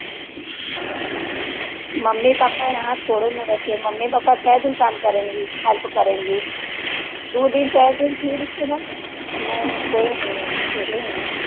mummy पापा यहाँ कोडो में रहते हैं मम्मी पापा कैसे काम करेंगे हेल्प करेंगे दो दिन चार दिन फिर उसके बाद नहीं कोई नहीं है अकेले हैं ना